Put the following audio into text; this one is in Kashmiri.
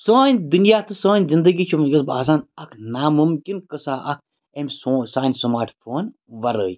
سٲنۍ دُنیا تہٕ سٲنۍ زِندگی چھِ وٕنکیٚس باسان اَکھ نامُمکِن قٕصہ اکھ أمۍ سو سانہِ سماٹ فون وَرٲے